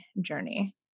journey